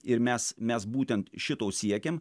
ir mes mes būtent šito siekėm